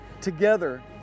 together